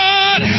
God